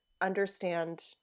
understand